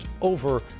over